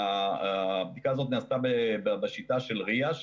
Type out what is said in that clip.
והבדיקה הזאת נעשתה בשיחה של ריא"ה,